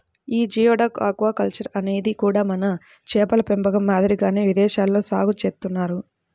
యీ geoduck aquaculture అనేది కూడా మన చేపల పెంపకం మాదిరిగానే విదేశాల్లో సాగు చేత్తన్నారు